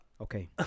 Okay